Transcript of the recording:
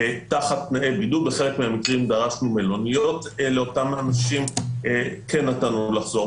תחת תנאי בידוד בחלק מהמקרים דרשנו מלוניות נתנו להם לחזור.